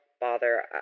bother